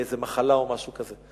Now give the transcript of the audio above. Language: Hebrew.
באיזו מחלה או משהו כזה.